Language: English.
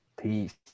Peace